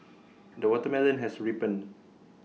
the watermelon has ripened